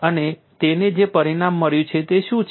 અને તેને જે પરિણામ મળ્યું છે તે શું છે